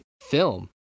film